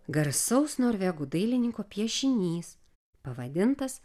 garsaus norvegų dailininko piešinys pavadintas